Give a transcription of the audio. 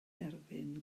derfyn